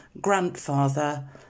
grandfather